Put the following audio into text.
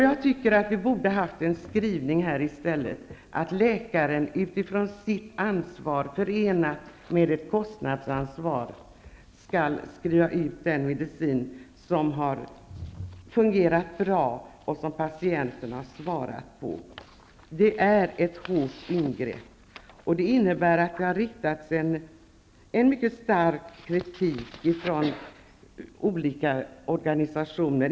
Jag tycker att vi i stället borde ha en skrivning som innebär att läkaren utifrån sitt ansvar, förenat med ett kostnadsansvar, skall skriva ut den medicin som har fungerat bra och som patienten har svarat på. Det är fråga om ett hårt ingrepp, och det har framförts mycket stark kritik från olika organisationer.